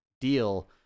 deal